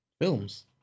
Films